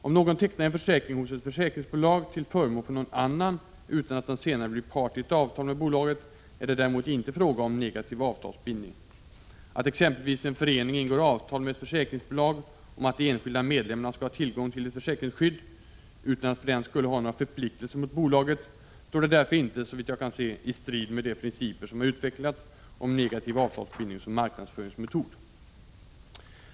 Om någon tecknar en försäkring hos ett försäkringsbolag till förmån för någon annan utan att den senare blir part i ett avtal med bolaget, är det däremot inte fråga om negativ avtalsbindning. Att exempelvis en förening ingår avtal med ett försäkringsbolag om att de enskilda medlemmarna skall ha tillgång till ett försäkringsskydd, utan att för den skull ha några förpliktelser mot bolaget, står därför inte, såvitt jag kan se, i strid med de principer som har utvecklats om negativ avtalsbindning som marknadsföringsmetod.